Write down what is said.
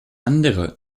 andere